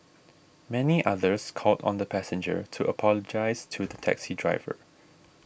many others called on the passenger to apologise to the taxi driver